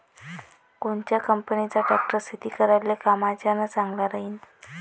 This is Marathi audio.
कोनच्या कंपनीचा ट्रॅक्टर शेती करायले कामाचे अन चांगला राहीनं?